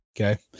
okay